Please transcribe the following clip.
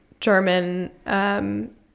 German